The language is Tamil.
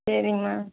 சரிங்க மேம்